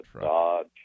Dodge